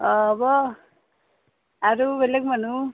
অঁ হ'ব আৰু বেলেগ মানুহ